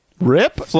rip